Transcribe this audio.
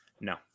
No